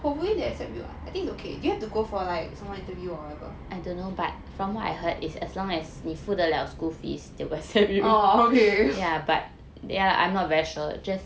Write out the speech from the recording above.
hopefully they accept you lah I think it's okay do you have to go for like some interview or whatever oh okay